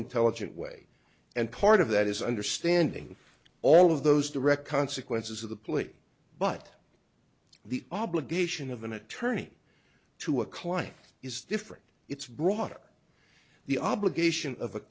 intelligent way and part of that is understanding all of those direct consequences of the plea but the obligation of an attorney to a client is different it's brought up the obligation of